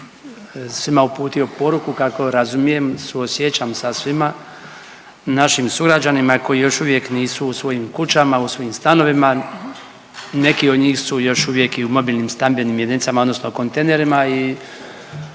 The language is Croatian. svima uputio poruku kako razumijem, suosjećam sa svima našim sugrađanima koji još uvijek nisu u svojim kućama, u svojim stanovima. Neki od njih su još uvijek i u mobilnim stambenim jedinicama odnosno kontejnerima